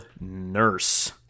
nurse